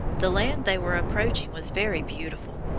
the land they were approaching was very beautiful.